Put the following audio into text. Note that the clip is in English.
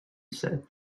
said